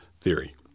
theory